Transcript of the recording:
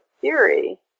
theory